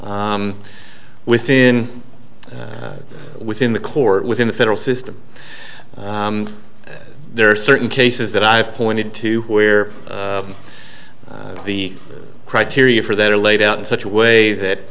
within within the court within the federal system there are certain cases that i've pointed to where the criteria for that are laid out in such a way that